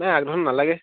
নাই আগদিনাখন নালাগে